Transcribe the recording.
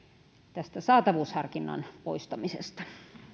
tästä saatavuusharkinnan poistamisesta